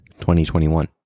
2021